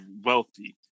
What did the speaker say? wealthy